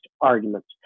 arguments